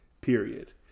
Period